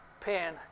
pin